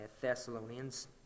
Thessalonians